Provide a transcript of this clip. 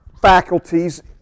faculties